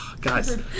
guys